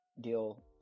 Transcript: deal